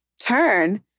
turn